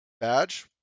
badge